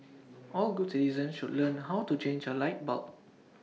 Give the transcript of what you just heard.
all good citizens should learn how to change A light bulb